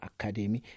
Academy